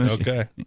Okay